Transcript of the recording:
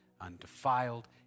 undefiled